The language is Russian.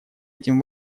этим